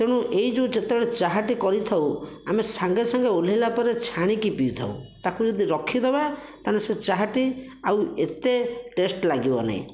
ତେଣୁ ଏହି ଯେଉଁ ଯେତେବେଳେ ଚାହାଟି କରିଥାଉ ଆମେ ସାଙ୍ଗେ ସାଙ୍ଗେ ଓଲ୍ହେଇଲା ପରେ ଛାଣିକି ପିଥାଉ ତାକୁ ଯଦି ରଖିଦବା ତାହେଲେ ସେ ଚାହାଟି ଆଉ ଏତେ ଟେଷ୍ଟ ଲାଗିବ ନାହିଁ